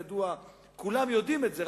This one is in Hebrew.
כולם יודעים את זה,